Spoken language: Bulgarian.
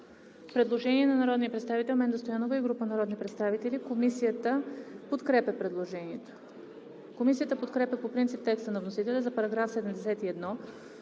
Предложение на народния представител Менда Стоянова и група народни представители. Комисията подкрепя предложението. Комисията подкрепя текста на вносителя за § 80,